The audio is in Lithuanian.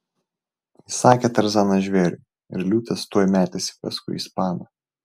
įsakė tarzanas žvėriui ir liūtas tuoj metėsi paskui ispaną